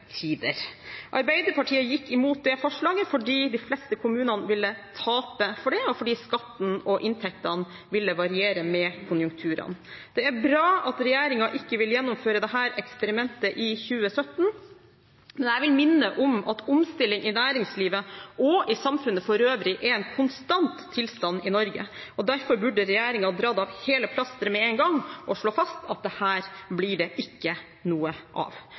tider. Arbeiderpartiet gikk imot det forslaget fordi de fleste kommunene ville tape på det, og fordi skatten og inntektene ville variere med konjunkturene. Det er bra at regjeringen ikke vil gjennomføre dette eksperimentet i 2017, men jeg vil minne om at omstilling i næringslivet og i samfunnet for øvrig er en konstant tilstand i Norge. Derfor burde regjeringen dratt av hele plasteret på en gang og slått fast at dette ikke blir noe av.